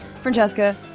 Francesca